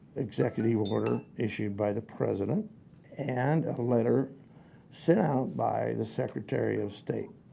executive order issued by the president and a letter sent out by the secretary of state